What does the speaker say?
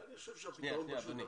אני חושב שהפתרון פשוט.